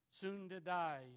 soon-to-die